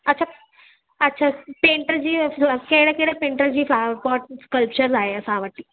अछा अछा पेंटर जी कहिड़े कहिड़े पेंटर जी तव्हां पॉट स्कल्पचर आहे असां वटि